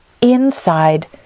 inside